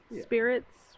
Spirits